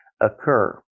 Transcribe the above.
occur